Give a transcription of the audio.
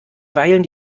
weilen